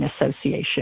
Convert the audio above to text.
association